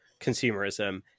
consumerism